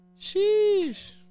Sheesh